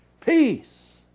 Peace